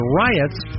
riots